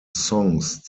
songs